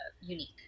unique